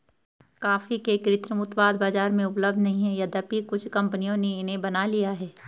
coffee के कृत्रिम उत्पाद बाजार में उपलब्ध नहीं है यद्यपि कुछ कंपनियों ने इन्हें बना लिया है